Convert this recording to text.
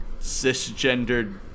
cisgendered